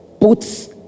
puts